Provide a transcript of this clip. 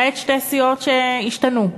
למעט שתי סיעות שהשתנו,